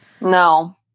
No